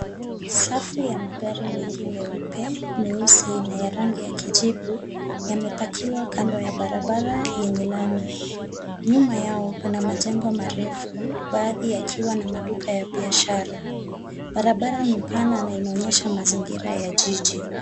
Safu ya magari meupe, meusi na ya rangi ya kijivu, yamepakiwa kando ya barabara yenye lami. Nyuma yao kuna majengo marefu, baadhi yakiwa na duka ya mabiashara. Barabara ni pana na inaonesha mazingira ya jiji.